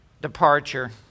departure